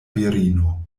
virino